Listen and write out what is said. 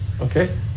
Okay